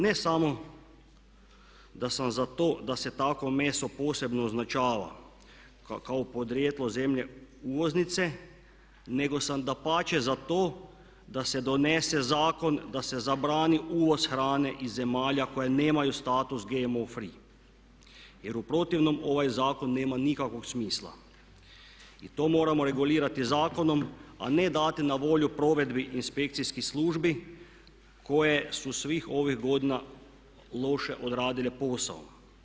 Ne samo da sam za to da se takvo meso posebno označava kao podrijetlo zemlje uvoznice nego sam dapače za to da se donese zakon da se zabrani uvoz hrane od zemalja koje nemaju status GMO free jer u protivnom ovaj zakon nema nikakva smisla i to moramo regulirati zakonom a ne dati na volju provedbi inspekcijskih službi koje su svih ovih godina loše odradile posao.